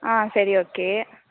ஆ சரி ஓகே